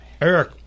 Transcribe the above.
Eric